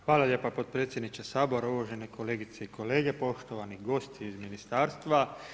Hvala lijepo potpredsjedniče Sabora, uvažene kolegice i kolege, poštovani gosti iz ministarstava.